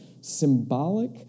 symbolic